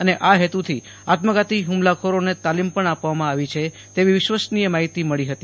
અને આ હેતુથી આત્મઘાતી હુમલાખોરોને તાલીમ પણ આપવામાં આવી છે તેવી વિશ્વસનીય માહિતી મળી હતી